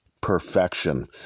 perfection